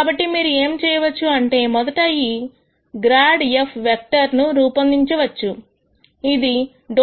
కాబట్టి మీరు ఏం చేయవచ్చు అంటే మొదట ఈ ∇ f వెక్టర్ ను రూపొందించవచ్చు ఇది